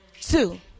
Two